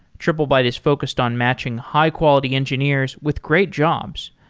triplebyte is focused on matching high-quality engineers with great jobs.